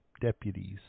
deputies